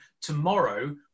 tomorrow